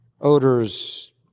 odors